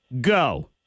go